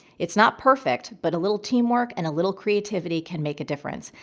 it's not perfect, but a little teamwork and a little creativity can make a difference.